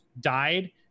died